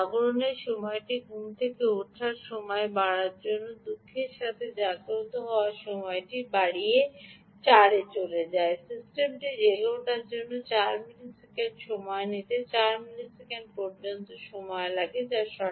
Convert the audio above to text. যদি জাগরনের সময়টি ঘুম থেকে উঠার সময় বাড়ার সাথে জাগ্রত হওয়ার সময়টি বাড়িয়ে 4 এ চলে যায় সিস্টেমটি জেগে ওঠার জন্য 4 মিলিসেকেন্ড সময় নিতে 4 মিলিসেকেন্ড পর্যন্ত সময় লাগে